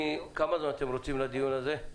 כמה זמן אתם רוצים לדיון הזה?